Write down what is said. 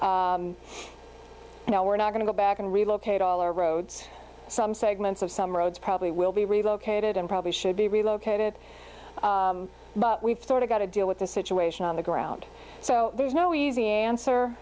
know we're not going to go back and relocate all our roads some segments of some roads probably will be relocated and probably should be relocated but we've got to deal with the situation on the ground so there's no easy answer